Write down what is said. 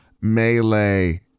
melee